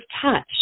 touch